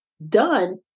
done